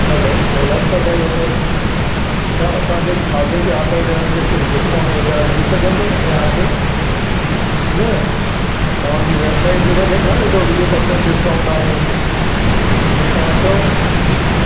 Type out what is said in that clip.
hello Kailash Parvat hotel छा असांखे खाधे जे आडर ॾियण ते कुझु डिस्काउंट वग़ैरह मिली सघंदो या आहे न पर तव्हांजी वैबसाइट ते त ॾेखारे थो वीह पर्सेंट डिस्काउंट आहे त जीअं तव्हां चओ